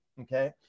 okay